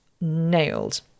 nailed